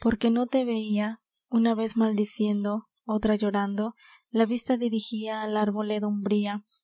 porque no te veia una vez maldiciendo otra llorando la vista dirigia á la